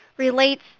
relates